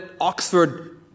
Oxford